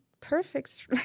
perfect